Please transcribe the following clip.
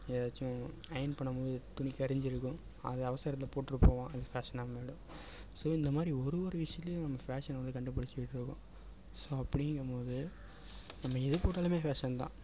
ஏதாச்சும் அயர்ன் பண்ணும் போது துணி கரிஞ்சிருக்கும் அது அவசரத்தில் போட்டு போவான் அது ஃபேஷன்னாக மாறிவிடும் ஸோ இந்த மாதிரி ஒரு ஒரு விஷயத்துலேயும் ஃபேஷன் வந்து கண்டுபுடிச்சிகிட்டு இருக்கோம் ஸோ அப்படிங்கும்போது நம்ம எது போட்டாலுமே ஃபேஷன் தான்